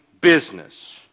business